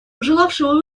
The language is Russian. пожелавшего